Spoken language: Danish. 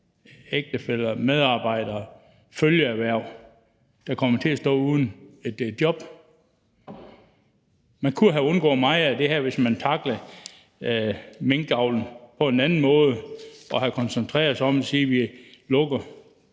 ægtefæller, medarbejdere og folk i følgeerhverv, der kommer til at stå uden et job. Man kunne have undgået meget af det her, hvis man havde tacklet minkavlen på en anden måde og havde koncentreret sig om at sige, at man lukker